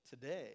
today